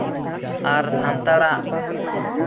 ᱟᱨ ᱥᱟᱱᱛᱟᱲᱟᱜ